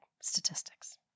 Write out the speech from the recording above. statistics